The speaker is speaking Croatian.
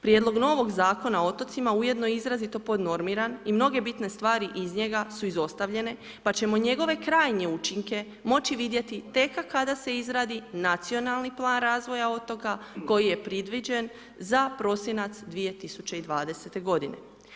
Prijedlog novog Zakona o otocima ujedno je izrazito pod normiran i mnoge bitne stvari iz njega su izostavljene, pa ćemo njegove krajnje učinke moći vidjeti tek kada se izradi Nacionalni plan razvoja otoka koji je predviđen za prosinac 2020.godine.